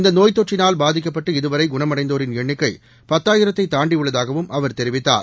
இந்த நோய் தொற்றினால் பாதிக்கப்பட்டு இதுவரை குணமடைந்தோரின் எண்ணிக்கை பத்தாயிரத்தை தாண்டியுள்ளதாகவும் அவர் தெரிவித்தார்